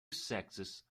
sexes